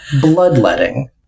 bloodletting